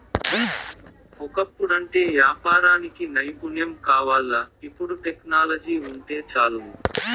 ఒకప్పుడంటే యాపారానికి నైపుణ్యం కావాల్ల, ఇపుడు టెక్నాలజీ వుంటే చాలును